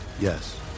Yes